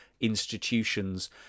institutions